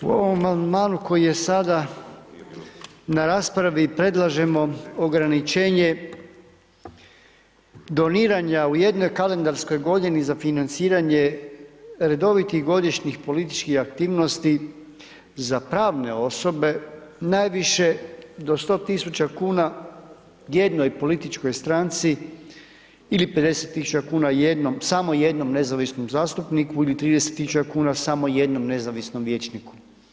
U ovom amandmanu koji je sada na raspravi, predlažemo ograničenje doniranja u jednoj kalendarskoj godini za financiranje redovitih godišnjih političkih aktivnosti, za pravne osobe, najviše do 100 tisuća kuna jednoj političkoj stranci ili 50 tisuća kuna samo jednom nezavisnom zastupniku ili 30 tisuća samo jednom nezavisnom vijećniku.